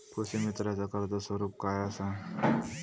कृषीमित्राच कर्ज स्वरूप काय असा?